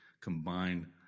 combine